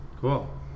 Cool